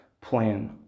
plan